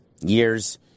years